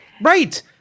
Right